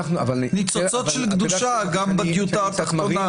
ניצוצות של קדושה גם בדיוטה התחתונה.